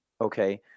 okay